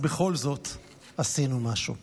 בכל זאת עשינו משהו.